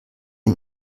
ihr